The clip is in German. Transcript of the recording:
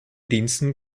diensten